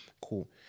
Cool